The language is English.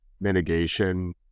mitigation